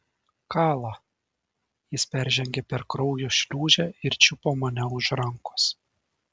kala jis peržengė per kraujo šliūžę ir čiupo mane už rankos